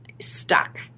stuck